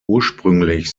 ursprünglich